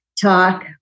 talk